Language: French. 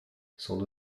sont